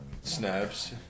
snaps